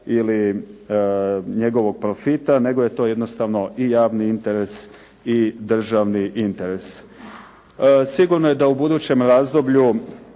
ili njegovog profita, nego je to jednostavno i javni interes i državni interes. Sigurno je da u budućem razdoblju